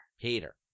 Peter